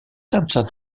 thomson